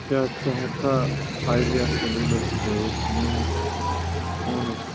کیٛاہ ژٕ ہیٚکہِ کھا آیڈیا سیٛلولر سۭتۍ میٛٲنس فونُک